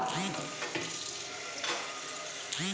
KYC में आधार जुड़े ला का?